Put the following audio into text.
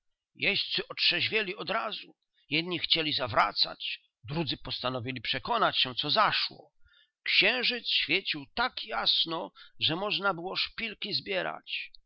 kompania zatrzymała się jeźdźcy otrzeźwieli odrazu jedni chcieli zawracać drudzy postanowili przekonać się co zaszło księżyc świecił tak jasno że można było szpilki zbierać